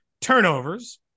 Turnovers